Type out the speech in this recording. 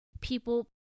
people